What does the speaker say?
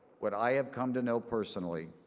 what i have come to know personally,